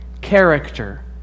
character